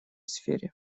сфере